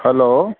hello